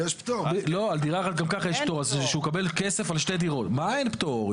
אז כשהוא מקבל כסף על שתי דירות --- אין פטור.